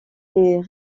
des